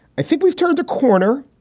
i think we've turned a corner,